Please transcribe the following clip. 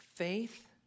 Faith